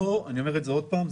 אני אומר את זה עוד פעם,